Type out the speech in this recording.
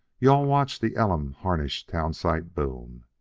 you-all watch the elam harnish town site boom.